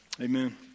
Amen